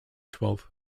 twelfth